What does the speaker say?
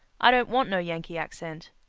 i don't want no yankee accent.